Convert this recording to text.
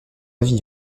avis